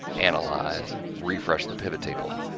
analyze, refresh the pivottable,